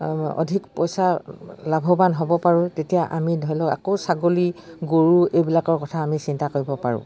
অধিক পইচা লাভৱান হ'ব পাৰোঁ তেতিয়া আমি ধৰি লওক আকৌ ছাগলী গৰু এইবিলাকৰ কথা আমি চিন্তা কৰিব পাৰোঁ